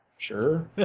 Sure